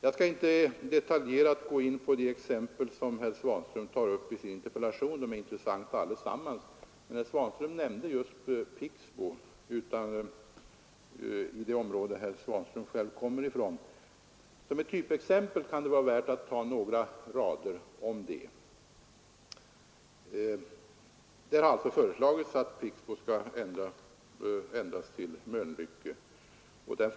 Jag skall inte detaljerat gå in på de exempel som herr Svanström tar upp i sin interpellation — de är alla intressanta. Men herr Svanström nämnde Pixbo i det område herr Svanström själv kommer ifrån, och det kan vara värt att säga något om det som ett typiskt exempel. Det har alltså föreslagits att Pixbo skall ändras till Mölnlycke 2.